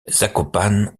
zakopane